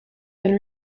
been